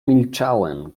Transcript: milczałem